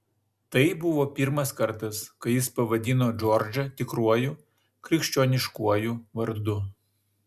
tai buvo pirmas kartas kai jis pavadino džordžą tikruoju krikščioniškuoju vardu